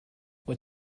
what